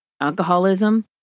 alcoholism